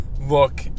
look